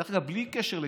דרך אגב, בלי קשר לכסף,